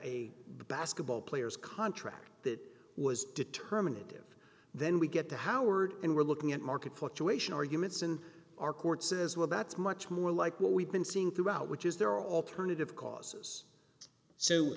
a basketball player's contract that was determinant in then we get to howard and we're looking at market fluctuation arguments in our courts as well that's much more like what we've been seeing throughout which is there are alternative causes